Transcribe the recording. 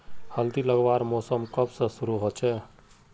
हल्दी लगवार मौसम कब से शुरू होचए?